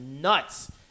nuts